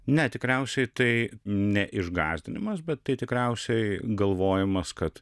net tikriausiai tai ne išgasdinimas bet tai tikriausiai galvojimas kad